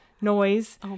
noise